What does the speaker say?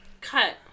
cut